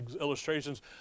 illustrations